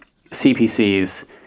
CPCs